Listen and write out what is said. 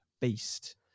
beast